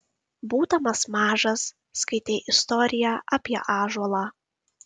būdamas mažas skaitei istoriją apie ąžuolą